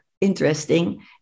interesting